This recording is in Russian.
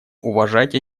уважать